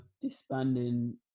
disbanding